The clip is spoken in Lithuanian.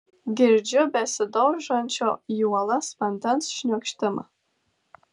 girdžiu besidaužančio į uolas vandens šniokštimą